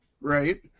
Right